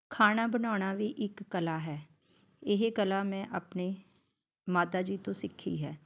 ਖਾਣਾ ਬਣਾਉਣਾ ਵੀ ਇੱਕ ਕਲਾ ਹੈ ਇਹ ਕਲਾ ਮੈਂ ਆਪਣੇ ਮਾਤਾ ਜੀ ਤੋਂ ਸਿੱਖੀ ਹੈ